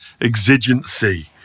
exigency